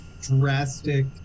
drastic